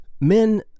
Men